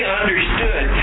understood